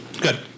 good